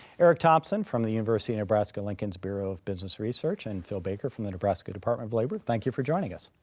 eric thompson from the university of nebraska lincoln's bureau of business research and phil baker from the nebraska department of labor, thank you for joining us.